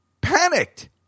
panicked